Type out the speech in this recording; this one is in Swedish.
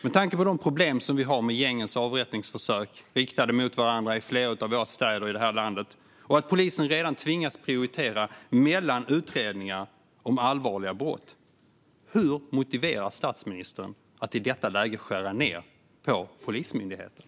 Med tanke på de problem som vi har med gängens avrättningsförsök, som de riktar mot varandra i flera av våra städer i landet, och med tanke på att polisen redan tvingas prioritera mellan utredningar om allvarliga brott undrar jag hur statsministern motiverar att man i detta läge skär ned på anslaget till Polismyndigheten.